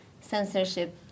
censorship